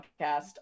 podcast